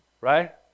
Right